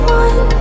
one